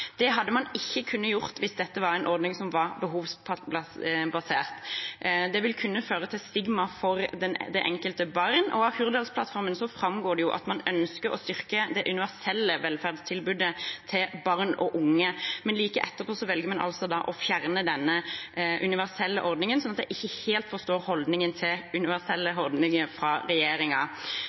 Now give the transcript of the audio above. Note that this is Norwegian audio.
Det hadde man ikke kunnet gjøre hvis dette var en ordning som var behovsbasert; det ville kunne føre til stigma for det enkelte barn. Av Hurdalsplattformen framgår det jo at man ønsker å stryke det universelle velferdstilbudet til barn og unge, men like etterpå velger man altså å fjerne denne universelle ordningen, så jeg forstår ikke helt regjeringens holdning til universelle ordninger.